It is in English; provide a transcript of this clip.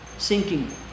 sinking